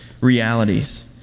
realities